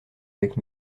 avec